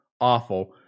awful